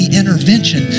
intervention